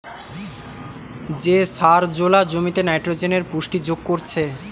যে সার জোলা জমিতে নাইট্রোজেনের পুষ্টি যোগ করছে